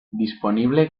disponible